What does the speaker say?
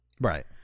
Right